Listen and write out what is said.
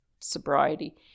sobriety